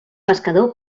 pescador